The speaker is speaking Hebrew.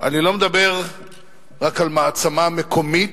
אני לא מדבר רק על מעצמה מקומית.